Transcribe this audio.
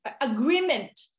agreement